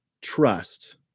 trust